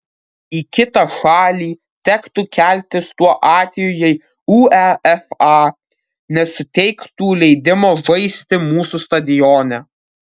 į kitą šalį tektų keltis tuo atveju jei uefa nesuteiktų leidimo žaisti mūsų stadione